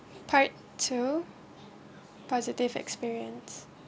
part two positive experience